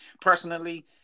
personally